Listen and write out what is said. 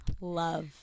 Love